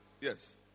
Yes